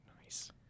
Nice